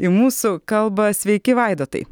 į mūsų kalbą sveiki vaidotai